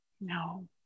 No